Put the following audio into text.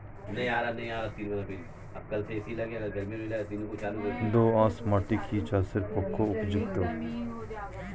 দোআঁশ মাটি কি চাষের পক্ষে উপযুক্ত?